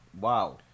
Wow